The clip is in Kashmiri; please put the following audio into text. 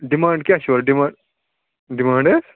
ڈِمانٛڈ کیٛاہ چھو ڈِما ڈِمانٛڈ حظ